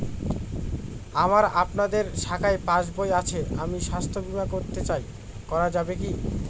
আমার আপনাদের শাখায় পাসবই আছে আমি স্বাস্থ্য বিমা করতে চাই করা যাবে কি?